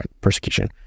persecution